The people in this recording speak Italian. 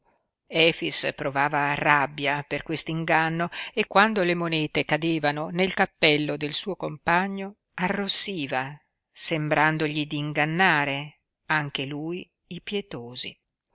efix provava rabbia per quest'inganno e quando le monete cadevano nel cappello del suo compagno arrossiva sembrandogli di ingannare anche lui i pietosi